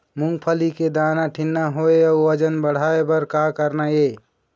मूंगफली के दाना ठीन्ना होय अउ वजन बढ़ाय बर का करना ये?